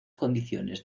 condiciones